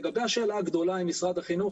לגבי השאלה הגדולה עם משרד החינוך,